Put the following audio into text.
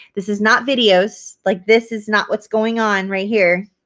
this is not videos like this is not what's going on right here.